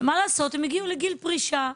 ומה לעשות הם הגיעו לגיל פרישה.